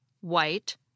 white